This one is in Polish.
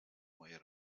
moje